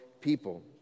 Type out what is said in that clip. people